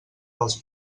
dels